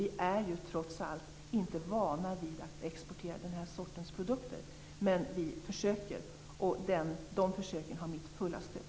Vi är ju trots allt inte vana vid att exportera den här sortens produkter, men vi försöker, och dessa försök har mitt fulla stöd.